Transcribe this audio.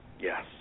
Yes